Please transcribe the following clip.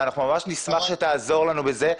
ואנחנו ממש נשמח שתעזור לנו בזה,